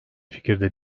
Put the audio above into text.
fikirde